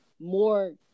more